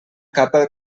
capa